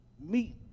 meet